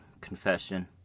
confession